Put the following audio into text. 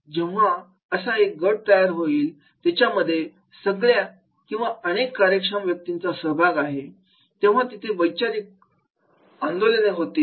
जेव्हा असा एक गट तयार होईल तिच्यामध्ये सगळ्या किंवा अनेक कार्यक्षम व्यक्तींचा सहभाग आहे तेव्हा तिथे वैचारिक आंदोलने होतील